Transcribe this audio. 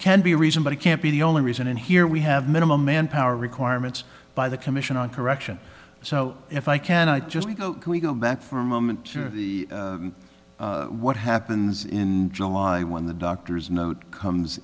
can be a reason but it can't be the only reason and here we have minimum manpower requirements by the commission on correction so if i can i just go we go back for a moment what happens in july when the doctor's note comes